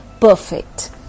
Perfect